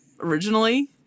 originally